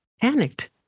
panicked